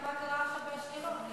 ראית מה קרה עכשיו באשקלון?